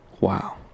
wow